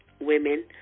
women